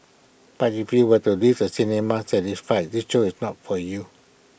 but if you want to leave the cinema satisfied this show is not for you